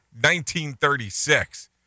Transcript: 1936